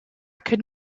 could